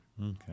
Okay